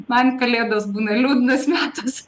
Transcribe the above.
man kalėdos būna liūdnas metus